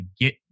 get